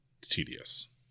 tedious